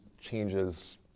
changes